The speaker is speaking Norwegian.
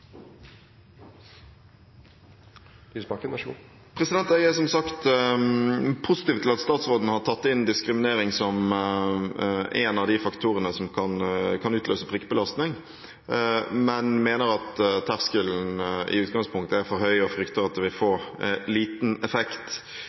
som sagt positiv til at statsråden har tatt inn diskriminering som én av de faktorene som kan utløse prikkbelastning, men jeg mener at terskelen i utgangspunktet er for høy og frykter at det vil få liten effekt.